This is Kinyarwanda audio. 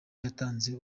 yatanze